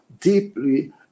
deeply